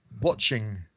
watching